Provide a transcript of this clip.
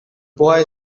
boy